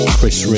Chris